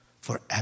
Forever